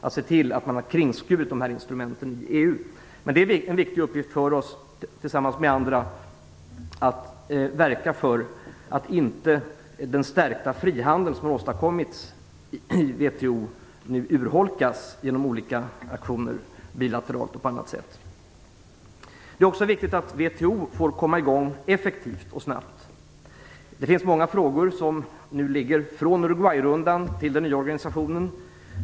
Det är alltså en viktig uppgift för oss att tillsammans med andra verka för att den stärkta frihandel som har åstadkommits i WTO nu inte urholkas genom olika bilaterala eller andra aktioner. Det är också viktigt att WTO kommer i gång effektivt och snabbt. Det finns många frågor, som kommer från Uruguay-rundan, för den nya organisationen att ta ställning till.